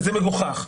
זה מגוחך.